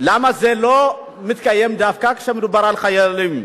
למה זה לא מתקיים דווקא כשמדובר על חיילים.